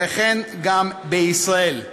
וכן בישראל.